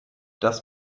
das